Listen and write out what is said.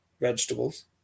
vegetables